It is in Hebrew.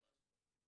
ממש לא.